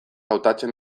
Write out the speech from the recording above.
hautatzen